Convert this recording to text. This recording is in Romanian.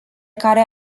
care